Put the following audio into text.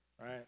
right